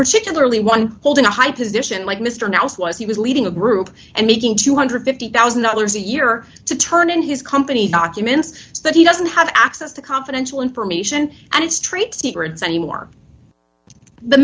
particularly one holding a high position like mr nelson was he was leading a group and making two hundred and fifty thousand dollars a year to turn in his company documents so that he doesn't have access to confidential information and its trade secrets anymore